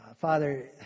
Father